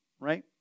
Right